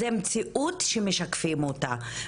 זאת מציאות שמשקפים אותה.